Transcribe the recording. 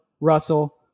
Russell